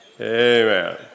amen